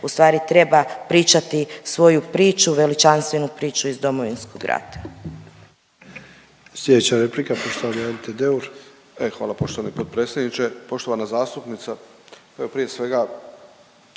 ustvari treba pričati svoju priču, veličanstvenu priču iz Domovinskog rata.